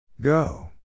Go